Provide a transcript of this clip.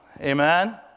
Amen